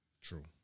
True